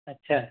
अच्छा